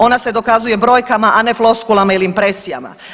Ona se dokazuje brojkama, a ne floskulama ili impresijama.